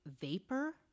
vapor